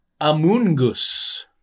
Amungus